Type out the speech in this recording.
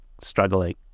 struggling